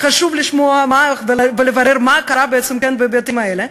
חשוב לשמוע ולברר מה קרה בבתים האלה,